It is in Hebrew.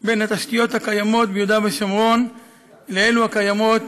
בין התשתיות הקיימות ביהודה ושומרון לאלו הקיימות